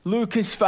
Lucas